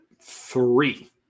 three